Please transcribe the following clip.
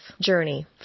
journey